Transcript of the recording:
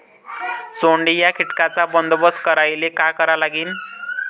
सोंडे या कीटकांचा बंदोबस्त करायले का करावं लागीन?